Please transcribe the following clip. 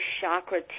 chakra